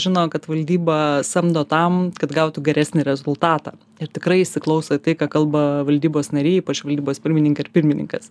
žino kad valdyba samdo tam kad gautų geresnį rezultatą ir tikrai įsiklauso į tai ką kalba valdybos nariai ypač valdybos pirmininkė ir pirmininkas